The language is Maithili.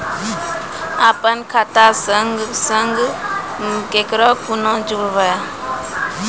अपन खाता संग ककरो कूना जोडवै?